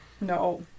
No